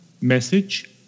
message